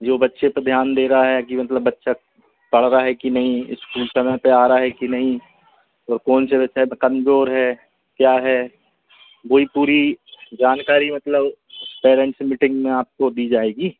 जो बच्चे पे ध्यान दे रहा है कि मतलब बच्चा पढ़ रहा है कि नहीं इस्कूल समय पर आ रहा है कि नहीं ओर कौन से विषय में कमजोर है क्या है वही पूरी जानकारी मतलब पैरेंट्स मीटिंग में आपको दी जाएगी